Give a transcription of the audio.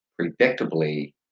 predictably